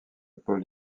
paul